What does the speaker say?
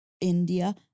India